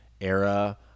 era